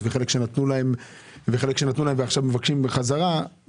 וחלק שנתנו להם ועכשיו מבקשים בחזרה.